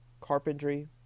carpentry